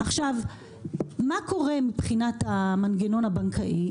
עכשיו מה קורה מבחינת המנגנון הבנקאי?